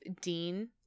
dean